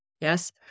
yes